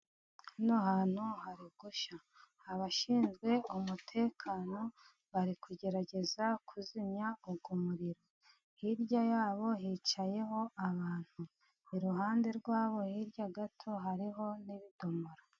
Hano hantu hari gushya, abashinzwe umutekano bari kugerageza kuzimya uwo muriro, hirya yabo hicayeho abantu iruhande rwabo hirya gato hariho n'ibidomoro.